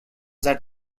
that